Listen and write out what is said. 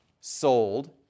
sold